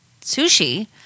sushi